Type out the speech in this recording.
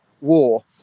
war